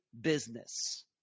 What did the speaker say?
business